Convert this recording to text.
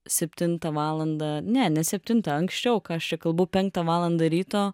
septintą valandą ne ne septintą anksčiau kas aš čia kalbu penktą valandą ryto